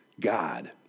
God